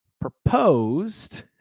proposed